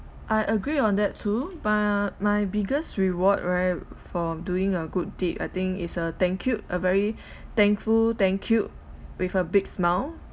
I agree on that too but my biggest reward right for doing a good deed I think is a thank you a very thankful thank you with a big smile